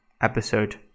episode